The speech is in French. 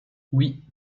oui